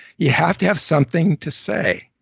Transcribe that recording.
you have to have something to say,